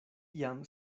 jam